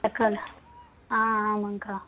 தக்காளி ஆ ஆமாங்கக்கா